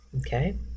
okay